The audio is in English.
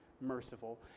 merciful